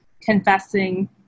confessing